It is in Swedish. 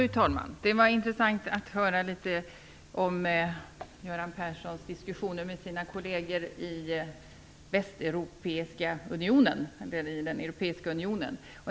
Fru talman! Det var intressant att höra litet om Göran Perssons diskussioner med sina kolleger i den europeiska unionen.